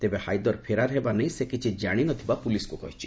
ତେବେ ହାଇଦର ଫେରାର୍ ହେବା ନେଇ ସେ କିଛି ଜାଶି ନଥିବା ପୁଲିସ୍କୁ କହିଛି